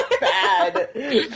Bad